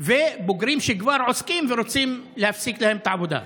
ובוגרים שכבר עוסקים ורוצים להפסיק להם את העבודה.